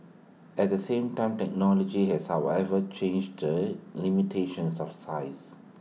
at the same time technology has however changed the limitations of size